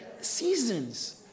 Seasons